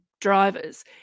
drivers